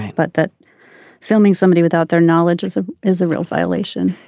but that filming somebody without their knowledge is ah is a real violation.